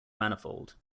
manifold